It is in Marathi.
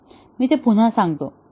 मी ते पुन्हा सांगतो